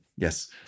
Yes